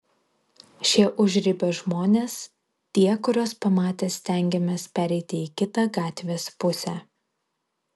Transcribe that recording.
šie užribio žmonės tie kuriuos pamatę stengiamės pereiti į kitą gatvės pusę